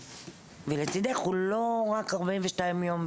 ו"לצידך" הוא לא רק 42 יום.